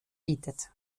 bietet